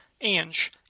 Ange